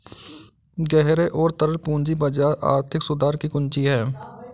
गहरे और तरल पूंजी बाजार आर्थिक सुधार की कुंजी हैं,